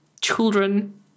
children